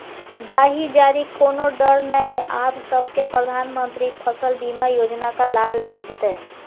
दाही जारीक कोनो डर नै आब सभकै प्रधानमंत्री फसल बीमा योजनाक लाभ भेटितै